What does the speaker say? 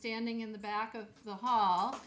standing in the back of the hall